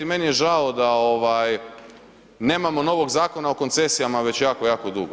Meni je žao da ovaj nemamo novog zakona o koncesijama već jako, jako dugo.